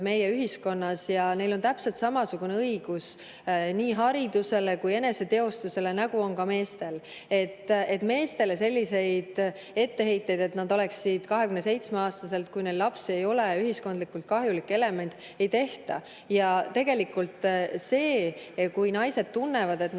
meie ühiskonnas ja neil on täpselt samasugune õigus nii haridusele kui eneseteostusele, nagu on meestel. Meestele selliseid etteheiteid, nagu nad oleksid 27-aastaselt, kui neil lapsi ei ole, ühiskondlikult kahjulik element, ei tehta. Tegelikult siis, kui naised tunnevad, et nad